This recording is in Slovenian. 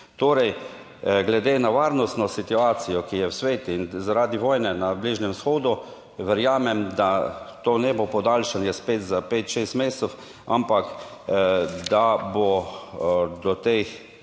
Torej glede na varnostno situacijo, ki je v svetu in zaradi vojne na Bližnjem vzhodu, verjamem, da to ne bo podaljšanje spet za pet, šest mesecev, ampak da bo do teh